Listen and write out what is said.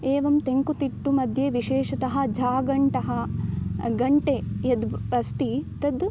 एवं तेङ्कुतिट्टुमध्ये विशेषतः झागण्टः घण्टे यद् ब् अस्ति तद्